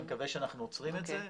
אני מקווה שאנחנו עוצרים את זה.